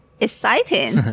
exciting